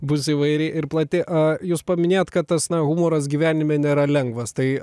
bus įvairi ir plati a jūs paminėjot kad tas na humoras gyvenime nėra lengvas tai